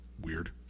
weird